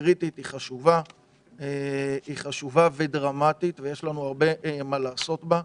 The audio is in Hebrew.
זאת סוגיה חשובה ודרמטית ויש הרבה מה לעשות בה.